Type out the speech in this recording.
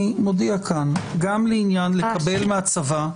אני מודיע כאן גם לעניין לקבל מהצבא,